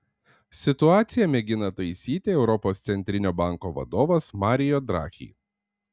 situaciją mėgina taisyti europos centrinio banko vadovas mario draghi